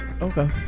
Okay